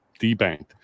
debanked